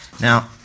Now